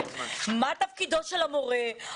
מה תפקידו של המורה,